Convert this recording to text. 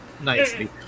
nicely